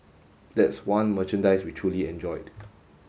that's one merchandise we truly enjoyed